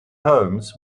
homes